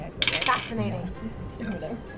Fascinating